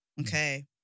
Okay